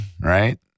right